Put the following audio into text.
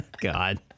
God